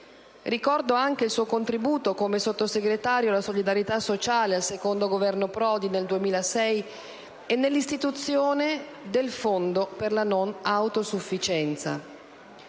Ricordo anche il suo contributo come Sottosegretario alla solidarietà sociale nel secondo Governo Prodi, nel 2006, e nell'istituzione del Fondo per la non autosufficienza.